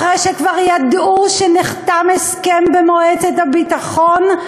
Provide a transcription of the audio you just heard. אחרי שכבר ידעו שנחתם הסכם במועצת הביטחון,